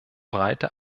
breite